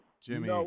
Jimmy